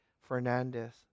Fernandez